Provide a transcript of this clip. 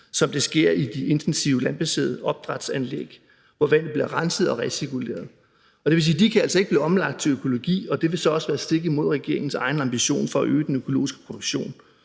som det sker i de intensive landbaserede opdrætsanlæg, hvor vandet bliver renset og recirkuleret. Det vil sige, at de altså ikke kan blive omlagt til økologi, og det vil så også være stik imod regeringens egen ambition om at øge den økologiske produktion.